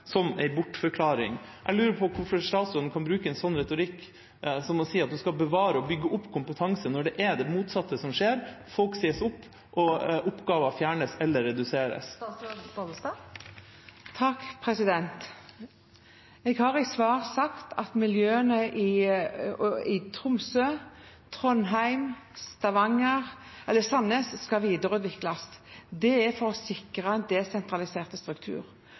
si at hun skal bevare og bygge opp kompetanse, når det er det motsatte som skjer. Folk sies opp, og oppgaver fjernes eller reduseres. Jeg har i svar sagt at miljøene i Tromsø, Trondheim og Sandnes skal videreutvikles. Det er for å sikre en desentralisert struktur.